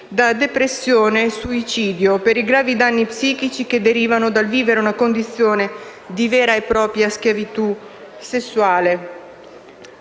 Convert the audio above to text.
da depressione e suicidio per i gravi danni psichici che derivano dal vivere una condizione di vera e propria schiavitù sessuale.